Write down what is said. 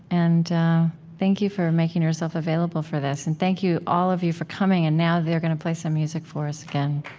and thank you for making yourself available for this. and thank you, all of you, for coming. and now they're going to play some music for us again